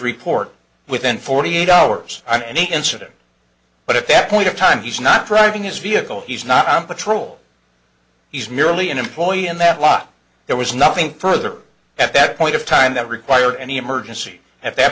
report within forty eight hours on any incident but at that point of time he's not driving his vehicle he's not on patrol he's merely an employee in that lot there was nothing further at that point of time that required any emergency at that